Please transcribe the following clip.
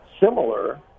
similar